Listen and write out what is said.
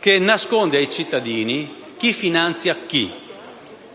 che nasconde ai cittadini chi finanzia chi.